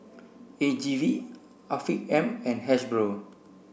A G V Afiq M and Hasbro